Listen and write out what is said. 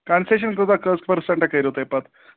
concession کۭژاہ کٔژ percent کٔرِو تُہۍ پَتہٕ